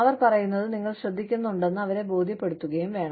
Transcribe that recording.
അവർ പറയുന്നത് നിങ്ങൾ ശ്രദ്ധിക്കുന്നുണ്ടെന്ന് അവരെ ബോധ്യപ്പെടുത്തുകയും വേണം